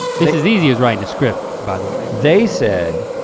this as easy as writing a script by the way. they said,